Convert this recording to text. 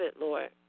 Lord